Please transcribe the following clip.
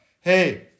hey